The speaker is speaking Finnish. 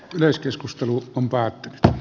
yleiskeskustelun päättymistä